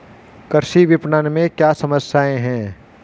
कृषि विपणन में क्या समस्याएँ हैं?